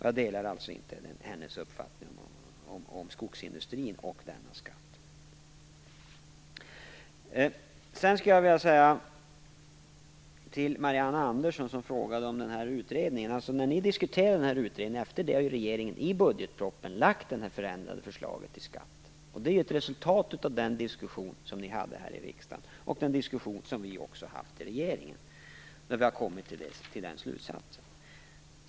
Jag delar alltså inte hennes uppfattning om skogsindustrin och denna skatt. Till Marianne Andersson, som frågade om utredningen, skulle jag vilja säga att efter det att ni diskuterade utredningen har regeringen i budgetpropositionen lagt fram det förändrade förslaget till skatt. Det är ett resultat av den diskussion som ni förde här i riksdagen och den diskussion som vi också haft i regeringen. Vi kom då till den slutsatsen.